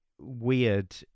weird